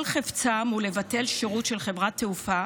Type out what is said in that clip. כל חפצם הוא לבטל שירות של חברת תעופה